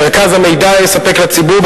מרכז המידע יספק לציבור,